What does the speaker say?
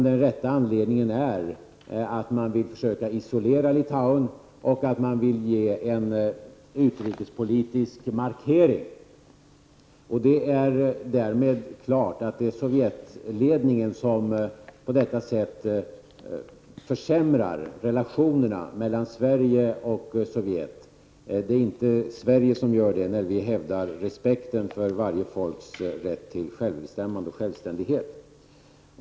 Den rätta anledningen är förstås att Sovjetledningen vill isolera Litauen och samtidigt göra en utrikespolitisk markering. Därmed är det klart att det är Sovjetledningen som på detta sätt försämrar relationerna mellan Sverige och Sovjet. Det är inte Sverige som gör det när vi hävdar respekten för varje folks rätt till självbestämmande och självständighet.